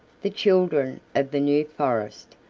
the children of the new forest.